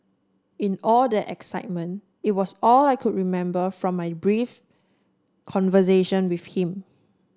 in all that excitement it was all I could remember from my brief conversation with him